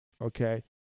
okay